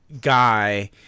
guy